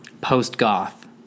post-goth